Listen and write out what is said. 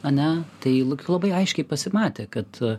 ane tai labai aiškiai pasimatė kad